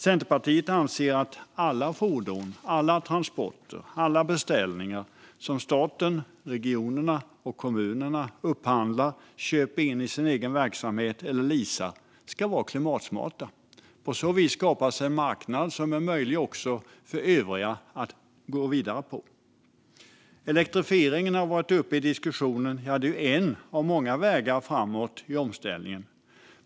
Centerpartiet anser att alla fordon, alla transporter och alla beställningar som staten, regionerna och kommunerna upphandlar, köper in i sin egen verksamhet eller leasar ska vara klimatsmarta. På så vis skapas en marknad som är möjlig också för övriga att gå vidare på. Elektrifieringen har varit uppe i diskussionen. Det är en av många vägar framåt i omställningen.